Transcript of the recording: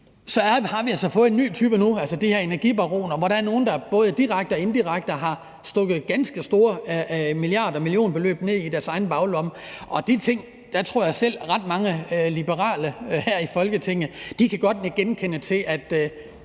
se, at vi altså har fået en ny type nu, altså de her energibaroner, hvoraf nogle både direkte og indirekte har stukket ganske store milliard- og millionbeløb ned i deres egne baglommer. De ting tror jeg at selv ret mange liberale her i Folketinget godt kan nikke genkendende til altså